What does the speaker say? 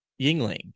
yingling